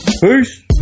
Peace